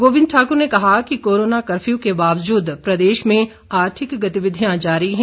गोविंद ठाकुर ने कहा कि कोरोना कर्फ्यू के बावजूद प्रदेश में आर्थिक गतिविधियां जारी हैं